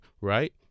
right